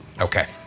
Okay